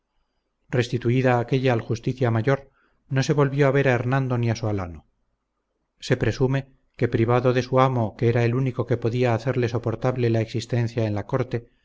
restituida aquélla al justicia mayor no se volvió a ver a hernando ni a su alano se presume que privado de su amo que era el único que podía hacerle soportable la existencia en la corte